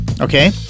okay